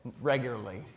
regularly